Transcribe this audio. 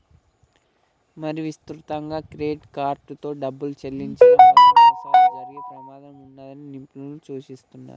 మరీ విస్తృతంగా క్రెడిట్ కార్డుతో డబ్బులు చెల్లించడం వల్ల మోసాలు జరిగే ప్రమాదం ఉన్నదని నిపుణులు సూచిస్తున్నరు